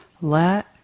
Let